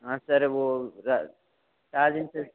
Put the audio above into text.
हाँ सर वो र चार दिन से